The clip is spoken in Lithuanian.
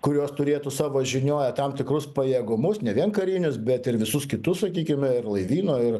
kurios turėtų savo žinioje tam tikrus pajėgumus ne vien karinius bet ir visus kitus sakykime ir laivyno ir